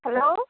hello